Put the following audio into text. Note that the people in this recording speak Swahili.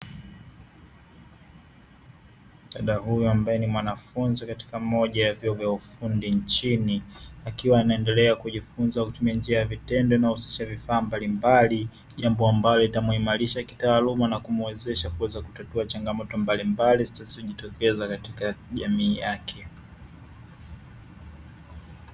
Dada huyu ambaye ni mwanafunzi katika moja ya vyuo vya ufundi nchini, akiwa anaendelea kujifunza kwa kutumia njia ya vitendo, vinavyo husisha vifaa mbalimbali jambo ambalo litamuimarisha kitaaluma na kumwezesha kutatua changamoto mbalimbali zinazo jitokeza katika jamii yake.